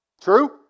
True